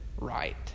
right